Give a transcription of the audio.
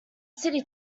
city